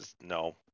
no